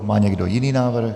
Má někdo jiný návrh?